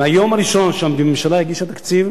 מהיום הראשון שהממשלה הגישה תקציב,